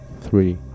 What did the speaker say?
three